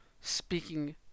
speaking